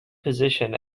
position